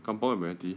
kampung admiralty